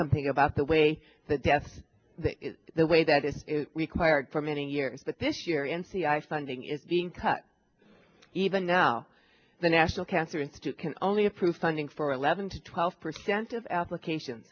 something about the way that death the way that is required for many years but this year n c i funding is being cut even now the national cancer institute can only approve funding for eleven to twelve percent of applications